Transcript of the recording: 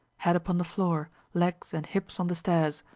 head upon the floor, legs and hips on the stairs.